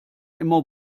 immer